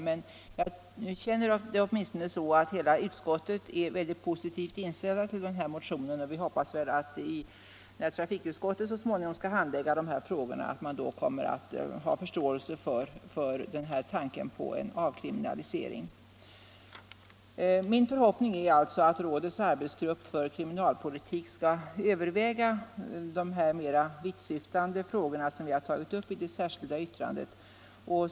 Men jag känner att hela utskottet är positivt inställt till de här motionerna, och vi hoppas att trafikutskottet när det så småningom skall behandla dessa frågor kommer att ha förståelse för tanken på avkriminalisering. Min förhoppning är alltså att rådets arbetsgrupp för kriminalpolitik skall överväga de här mer vittsyftande frågorna som vi tagit upp i det särskilda yttrandet.